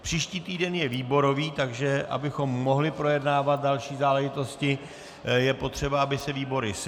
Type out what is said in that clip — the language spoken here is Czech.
Příští týden je výborový, takže abychom mohli projednávat další záležitosti, je potřeba, aby se výbory sešly.